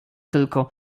tylko